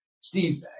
Steve